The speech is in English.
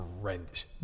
horrendous